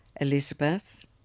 Elizabeth